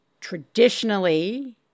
traditionally